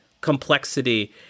complexity